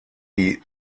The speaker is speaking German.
die